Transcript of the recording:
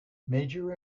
major